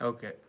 Okay